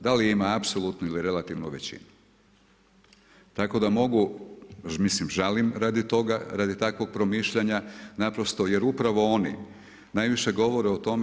Da li ima apsolutnu ili relativnu većinu tako da mogu, mislim žalim radi toga, radi takvog promišljanja naprosto jer upravo oni najviše govore o tome.